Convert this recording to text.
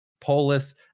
Polis